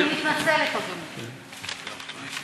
אני מתנצלת, אני מתנצלת, אדוני.